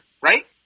right